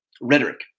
rhetoric